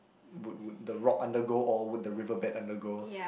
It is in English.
would would the rock undergo or would the river bed undergo